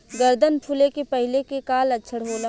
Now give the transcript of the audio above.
गर्दन फुले के पहिले के का लक्षण होला?